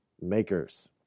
makers